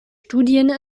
studien